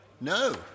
No